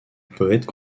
poètes